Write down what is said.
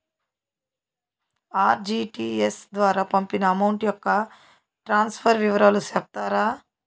RTGS ద్వారా పంపిన amount యొక్క ట్రాన్స్ఫర్ వివరాలు సెప్తారా